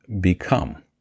become